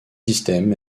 systèmes